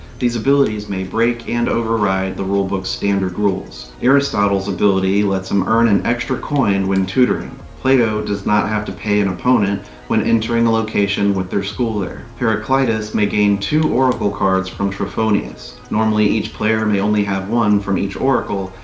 these abilities may break and override the rulebook's standard rules. aristotle's ability lets him earn an extra coin when tutoring. plato does not have to pay an opponent when entering a location with their school there. heraclitus may gain two oracle cards from trophonius. normally, each player may only have one from each oracle,